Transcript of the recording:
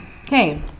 Okay